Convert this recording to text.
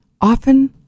often